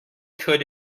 could